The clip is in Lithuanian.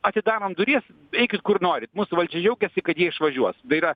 atidarom duris eikit kur norit mūsų valdžia džiaugiasi kad jie išvažiuos tai yra